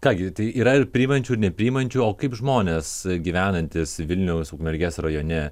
ką gi tai yra ir priimančių ir nepriimančių o kaip žmonės gyvenantys vilniaus ukmergės rajone